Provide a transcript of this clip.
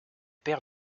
père